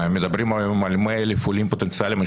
מדברים היום על 100,000 עולים פוטנציאליים,